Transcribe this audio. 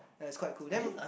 ya it's quite cool then